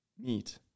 meat